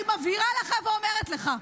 אני מבהירה לך ואומרת לך: